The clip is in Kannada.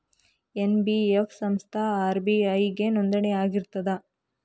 ಎನ್.ಬಿ.ಎಫ್ ಸಂಸ್ಥಾ ಆರ್.ಬಿ.ಐ ಗೆ ನೋಂದಣಿ ಆಗಿರ್ತದಾ?